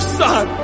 son